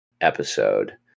episode